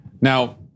Now